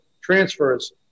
transfers